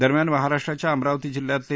दरम्यान महाराष्ट्राच्या अमरावती जिल्ह्यातले